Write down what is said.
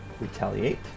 retaliate